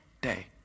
day